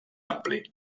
ampli